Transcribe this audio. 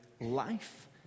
life